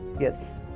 yes